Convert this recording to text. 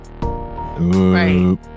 right